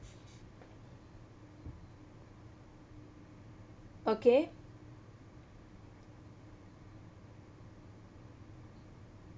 okay